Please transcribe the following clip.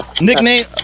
Nickname